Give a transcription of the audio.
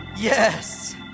Yes